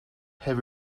have